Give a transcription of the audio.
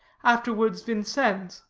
afterwards vincennes.